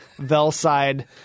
Velside